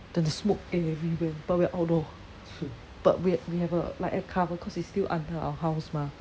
then the smoke everywhere but we are outdoor but we have we have a like a cover cause it's still under our house mah